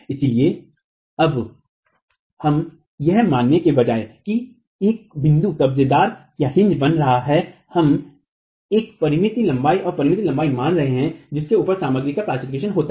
इसलिए अब यह मानने के बजाय कि एक बिंदु कब्जेदारकाजहिन्ज बन रहा है हम एक परिमित लंबाई और परिमित लंबाई मान रहे हैं जिसके ऊपर सामग्री का प्लास्टिफिकेशन है